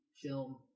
film